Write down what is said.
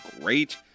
great